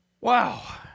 wow